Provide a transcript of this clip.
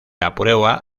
aprueba